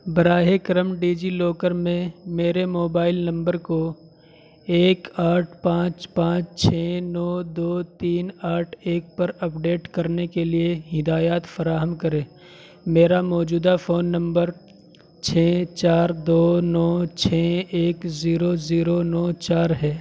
براہ کرم ڈیجیلاکر میں میرے موبائل نمبر کو ایک آٹھ پانچ پانچ چھ نو دو تین آٹھ ایک پر اپڈیٹ کرنے کے لیے ہدایات فراہم کریں میرا موجودہ فون نمبر چھ چار دو نو چھ ایک زیرو زیرو نو چار ہے